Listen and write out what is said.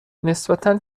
نسبتا